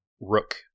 rook